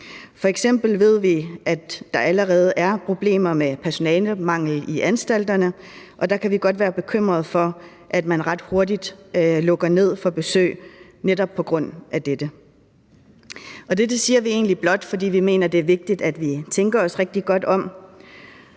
F.eks. ved vi, at der allerede er problemer med personalemangel i anstalterne, og der kan vi godt være bekymret for, at man meget hurtigt lukker ned for besøg netop på grund af dette, og dette siger vi egentlig blot, fordi vi mener, at det er vigtigt, at vi tænker os rigtig godt om.